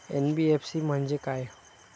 NBFC म्हणजे काय?